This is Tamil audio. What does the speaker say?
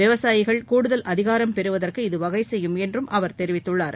விவசாயிகள் கூடுதல் அதிகாரம் பெறுவதற்கு இது வகைசெய்யும் என்றும் அவர் தெரிவித்துள்ளார்